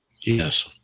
Yes